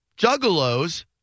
juggalos